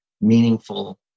meaningful